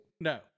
No